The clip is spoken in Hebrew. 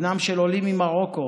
בנם של עולים ממרוקו